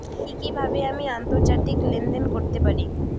কি কিভাবে আমি আন্তর্জাতিক লেনদেন করতে পারি?